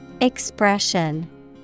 Expression